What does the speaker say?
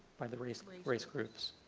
the race like race groups.